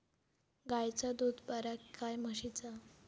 गायचा दूध बरा काय म्हशीचा?